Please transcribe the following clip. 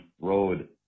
road